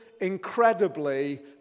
incredibly